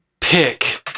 pick